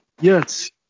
Yes